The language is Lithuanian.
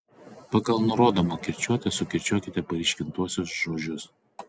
pagal nurodomą kirčiuotę sukirčiuokite paryškintuosius žodžius